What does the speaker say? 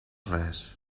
res